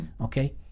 okay